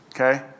Okay